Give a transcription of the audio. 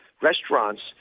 restaurants